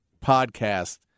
podcast